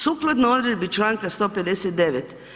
Sukladno odredbi članka 159.